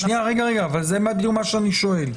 שנייה, אבל זה מה שאני שואל.